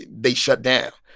they shut down,